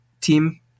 team